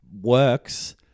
works